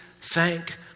thank